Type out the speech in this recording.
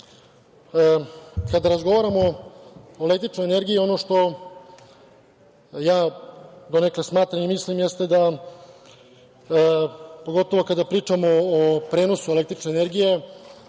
razgovaramo o električnoj energiji, ono što ja donekle smatram i mislim jeste da, pogotovo kada pričamo o prenosu električne energije,